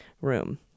room